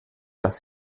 das